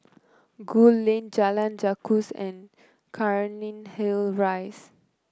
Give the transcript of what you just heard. Gul Lane Jalan Gajus and Cairnhill Rise